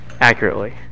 accurately